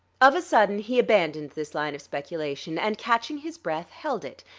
of a sudden he abandoned this line of speculation, and catching his breath, held it,